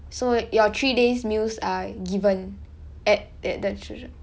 so your three days meals are given at at the